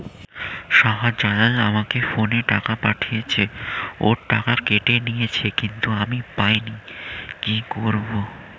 শাহ্জালাল আমাকে ফোনে টাকা পাঠিয়েছে, ওর টাকা কেটে নিয়েছে কিন্তু আমি পাইনি, কি করব?